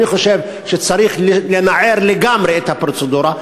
אני חושב שצריך לנער לגמרי את הפרוצדורה,